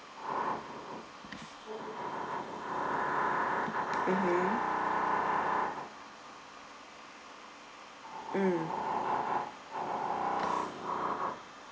mmhmm mm